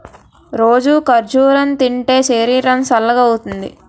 రోజూ ఖర్జూరం తింటే శరీరం సల్గవుతుంది